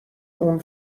اون